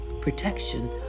protection